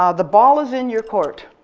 ah the ball is in your court.